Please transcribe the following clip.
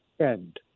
end